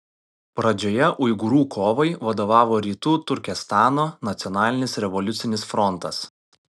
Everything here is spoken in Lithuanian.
pradžioje uigūrų kovai vadovavo rytų turkestano nacionalinis revoliucinis frontas